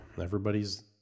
everybody's